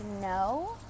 no